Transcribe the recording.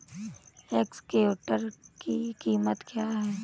Excavator की कीमत क्या है?